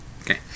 okay